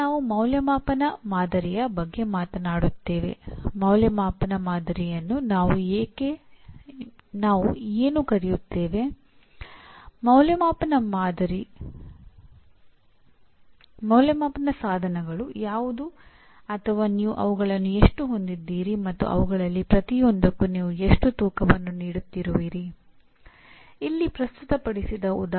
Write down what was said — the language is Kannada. ಈ ಪರಿಣಾಮಗಳು ಪ್ರೋಗ್ರಾಂ ಪರಿಣಾಮ ಮತ್ತು ಪ್ರೋಗ್ರಾಂ ನಿರ್ದಿಷ್ಟ ಪರಿಣಾಮಗಳ ಉಪವಿಭಾಗವನ್ನು ಆಲಿಸುತ್ತವೆ ಎಷ್ಟರ ಮಟ್ಟಿಗೆ ಅಂದರೆ ಯಾವುದಕ್ಕೆ ಯಾರು ಹೊಣೆಗಾರರಾಗಿದ್ದಾರೆ ಎಂಬುದನ್ನು ಬಹಳ ಸ್ಪಷ್ಟಪಡಿಸಲಾಗುತ್ತದೆ